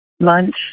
lunch